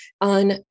On